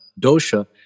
dosha